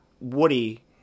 Woody